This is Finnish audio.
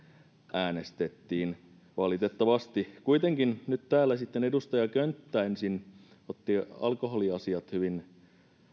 äänestettiin valitettavasti kuitenkin nyt täällä edustaja könttä ensin otti alkoholiasiat hyvin